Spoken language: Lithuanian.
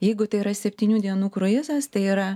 jeigu tai yra septynių dienų kruizas tai yra